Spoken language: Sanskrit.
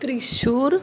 त्रिश्शूर्